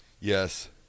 Yes